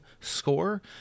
score